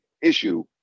issue